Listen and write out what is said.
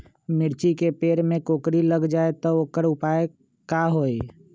मिर्ची के पेड़ में कोकरी लग जाये त वोकर उपाय का होई?